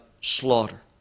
slaughter